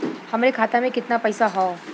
हमरे खाता में कितना पईसा हौ?